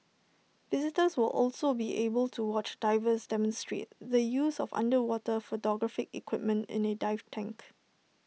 visitors will also be able to watch divers demonstrate the use of underwater photographic equipment in A dive tank